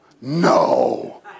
no